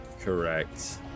Correct